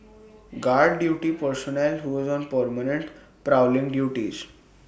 guard duty personnel who is on permanent prowling duties